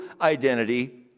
identity